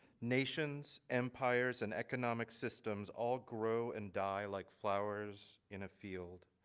nation's empires and economic systems all grow and die like flowers in a field.